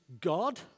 god